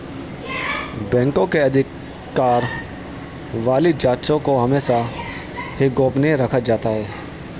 बैंकों के अधिकार वाली जांचों को हमेशा ही गोपनीय रखा जाता है